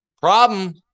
Problem